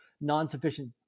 non-sufficient